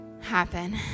happen